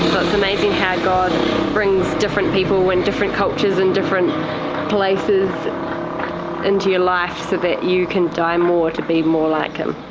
amazing how god brings different people in different cultures and different places into your life so you can die more to be more like him.